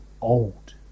old